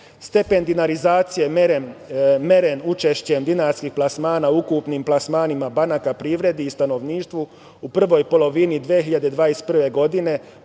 dinarizacije meren učešćem dinarskih plasmana u ukupnim plasmanima banaka privredi i stanovništvu u prvoj polovini 2021. godine